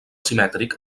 simètric